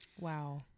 Wow